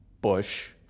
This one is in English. Bush